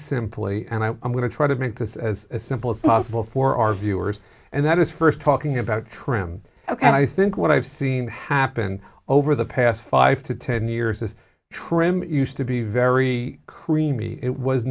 simply and i'm going to try to make this as simple as possible for our viewers and that is first talking about trim ok and i think what i've seen happen over the past five to ten years is trim used to be very creamy it was